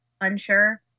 Unsure